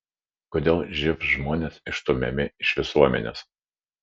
kodėl živ žmonės išstumiami iš visuomenės